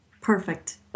Perfect